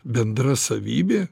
bendra savybė